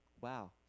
wow